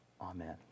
amen